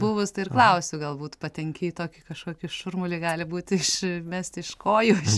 buvus tai ir klausiu galbūt patenki į tokį kažkokį šurmulį gali būti išmesti iš kojų